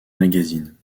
magazine